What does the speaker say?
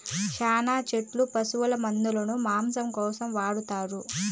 శ్యాన చోట్ల పశుల మందను మాంసం కోసం వాడతారు